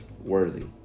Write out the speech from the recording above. worthy